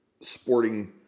sporting